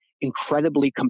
incredibly